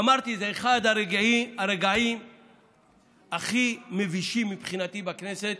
אמרתי, זה אחד הרגעים הכי מבישים מבחינתי בכנסת,